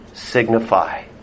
Signify